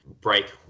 break